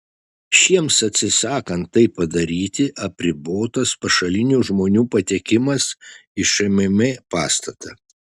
šiems atsisakant tai padaryti apribotas pašalinių žmonių patekimas į šmm pastatą